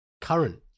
Current